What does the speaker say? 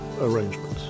arrangements